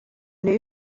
new